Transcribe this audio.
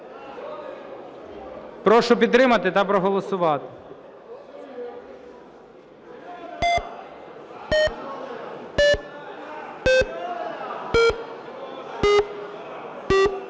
Прошу підтримати та проголосувати.